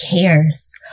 cares